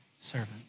servant